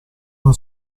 una